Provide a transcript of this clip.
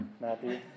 Matthew